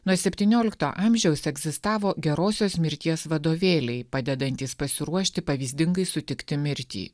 nuo septyniolikto amžiaus egzistavo gerosios mirties vadovėliai padedantys pasiruošti pavyzdingai sutikti mirtį